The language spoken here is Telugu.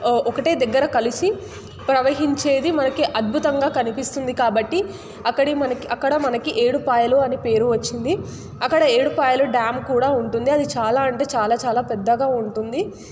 ఒకటే దగ్గర కలిసి ప్రవహించేది మనకి అద్భుతంగా కనిపిస్తుంది కాబట్టి అక్కడే మనకి అక్కడ మనకి ఏడుపాయలు అని పేరు వచ్చింది అక్కడ ఏడుపాయలు డ్యామ్ కూడా ఉంటుంది అది చాలా అంటే చాలా చాలా పెద్దగా ఉంటుంది